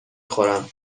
خورم